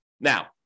Now